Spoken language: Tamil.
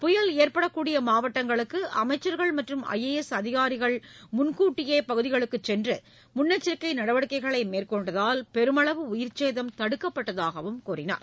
புயல் ஏற்படக்கூடிய மாவட்டங்களுக்கு அமைச்சர்கள் மற்றும் ஐ ஏ அப்பகுதிகளுக்கு சென்று முன்னெச்சரிக்கை நடவடிக்கைகளை மேற்கொண்டதால் பெருமளவு உயிர்ச்சேதம் தடுக்கப்பட்டதாகக் கூறினார்